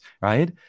right